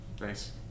Nice